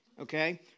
Okay